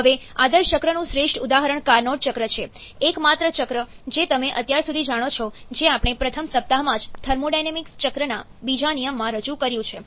હવે આદર્શ ચક્રનું શ્રેષ્ઠ ઉદાહરણ કાર્નોટ ચક્ર છે એકમાત્ર ચક્ર જે તમે અત્યાર સુધી જાણો છો જે આપણે પ્રથમ સપ્તાહમાં જ થર્મોડાયનેમિક્સ ચક્રના બીજા નિયમમાં રજૂ કર્યું છે